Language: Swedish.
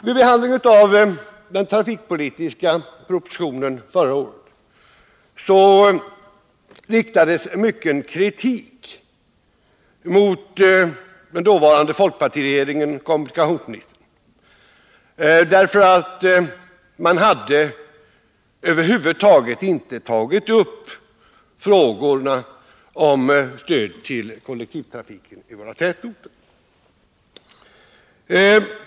Vid behandlingen av den trafikpolitiska propositionen förra året riktades mycken kritik mot den dåvarande folkpartiregeringens kommunikationsminister därför att man över huvud taget inte hade tagit upp frågorna om stöd till kollektivtrafiken i våra tätorter.